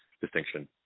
distinction